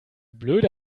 blöde